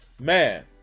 man